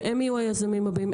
שהם יהיו היזמים הבאים,